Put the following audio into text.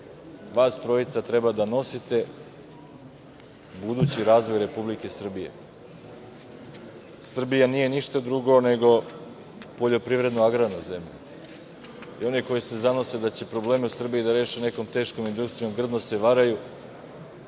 vas trojica treba da nosite budući razvoj Republike Srbije. Srbija nije ništa drugo nego poljoprivredno-agrarna zemlja. Oni koji se zanose da će probleme u Srbiji da reše nekom teškom industrijom, grdno se varaju.